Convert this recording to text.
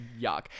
Yuck